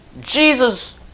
Jesus